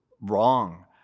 wrong